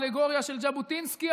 אלגוריה של ז'בוטינסקי,